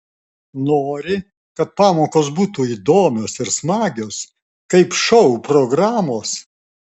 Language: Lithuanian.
nori kad pamokos būtų įdomios ir smagios kaip šou programos